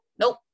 nope